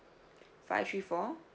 five three four